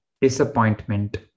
disappointment